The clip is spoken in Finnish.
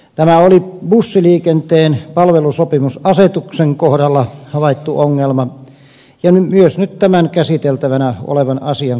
tämä on bussiliikenteen palvelusopimusasetuksen kohdalla ja nyt myös tämän käsiteltävänä olevan asian kohdalla havaittu ongelma